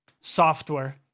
software